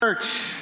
Church